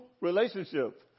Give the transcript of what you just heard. relationship